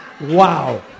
wow